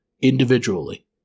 individually